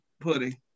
pudding